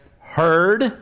heard